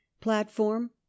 platform